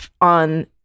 on